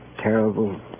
terrible